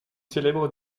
célèbre